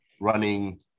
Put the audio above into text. running